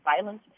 violence